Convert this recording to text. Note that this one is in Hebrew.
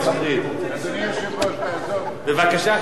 אדוני היושב-ראש, תעזור, בבקשה, חבר הכנסת בילסקי.